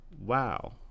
wow